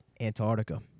Antarctica